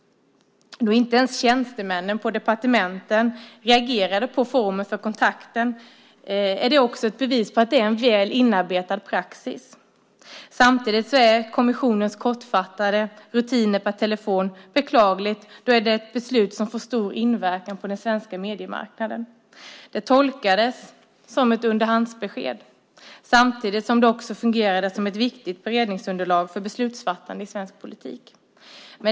Att inte ens tjänstemännen på departementen reagerade på formen för kontakten är också ett bevis på att det är en väl inarbetad praxis. Samtidigt är kommissionens kortfattade rutiner per telefon beklagliga, då det är ett beslut som får stor inverkan på den svenska mediemarknaden. Det tolkades som ett underhandsbesked, samtidigt som det också fungerade som ett viktigt beredningsunderlag för beslutsfattande i svensk politik.